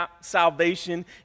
salvation